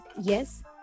yes